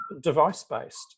device-based